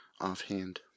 offhand